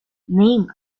named